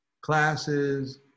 classes